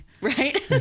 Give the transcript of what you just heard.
right